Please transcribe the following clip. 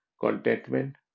contentment